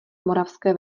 moravské